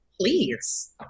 Please